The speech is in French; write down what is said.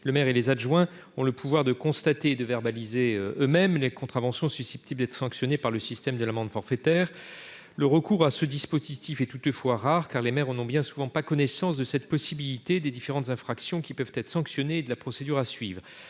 le maire et les adjoints ont le pouvoir de constater et de verbaliser eux-mêmes les contraventions susceptibles d'être sanctionné par le système de l'amende forfaitaire, le recours à ce dispositif est toutefois rare car les maires n'ont bien souvent pas connaissance de cette possibilité des différentes infractions qui peuvent être sanctionnés de la procédure à suivre,